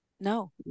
no